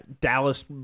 Dallas